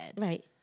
right